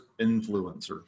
influencer